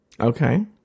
Okay